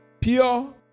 pure